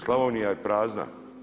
Slavonija je prazna.